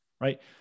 right